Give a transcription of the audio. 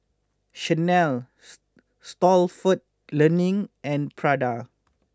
Chanel Stalford Learning and Prada